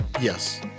Yes